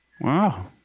Wow